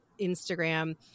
Instagram